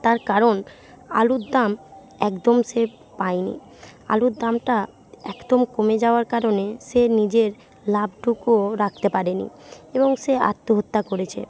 তার কারণ আলুর দাম একদম সে পায়নি আলুর দামটা একদম কমে যাওয়ার কারণে সে নিজের লাভটুকুও রাখতে পারেনি এবং সে আত্মহত্যা করেছে